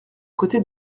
côté